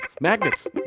Magnets